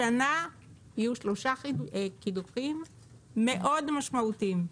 השנה יהיו שלושה קידוחים מאוד משמעותיים.